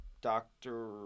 doctor